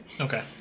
Okay